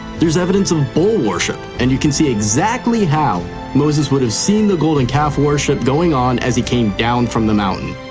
there's evidence of bull worship and you can see exactly how moses would have seen the golden calf worship going on as he came down from the mountain.